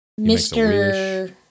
Mr